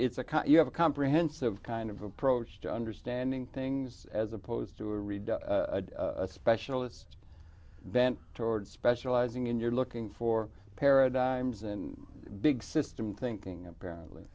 kind you have a comprehensive kind of approach to understanding things as opposed to a read specialist then toward specializing in you're looking for paradigms and big system thinking apparently